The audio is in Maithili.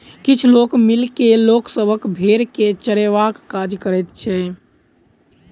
किछ लोक मिल के लोक सभक भेंड़ के चरयबाक काज करैत छै